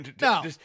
no